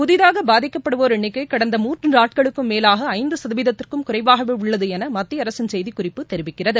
புதிதாக பாதிக்கப்படுவோர் எண்ணிக்கை கடந்த மூன்று நாட்களுக்கும் மேலாக ஐந்து சதவீதத்திற்கும் குறைவாகவே உள்ளது என மத்திய அரசின் செய்திக்குறிப்பு தெரிவிக்கிறது